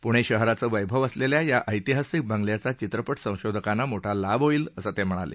प्णे शहराचं वैभव असलेल्या या ऐतिहासिक बंगल्याचा चित्रपट संशोधकांना मोठा लाभ होईल असं ते म्हणाले